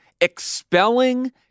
expelling